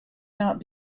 not